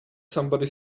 somebody